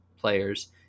players